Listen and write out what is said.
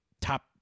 top